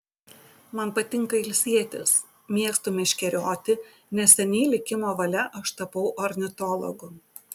man patinka ilsėtis mėgstu meškerioti neseniai likimo valia aš tapau ornitologu